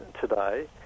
today